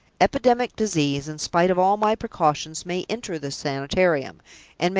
epidemic disease, in spite of all my precautions, may enter this sanitarium,